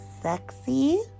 sexy